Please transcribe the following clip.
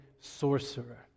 sorcerer